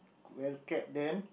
well kept them